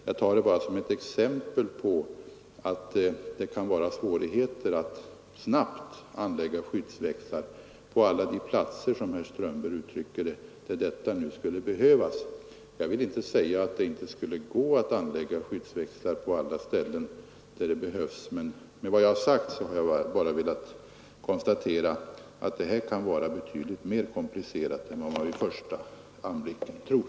Jag tar det bara som ett exempel på att det kan vara mycket svårt att snabbt anlägga skyddsväxlar på alla de platser där de skulle behövas, som herr Strömberg uttryckte det. Jag vill inte säga att det inte skulle gå att anlägga skyddsväxlar på alla ställen där det behövs, men jag har med det sagda velat konstatera att det kan vara betydligt mer komplicerat än vad man i första ögonblicket tror.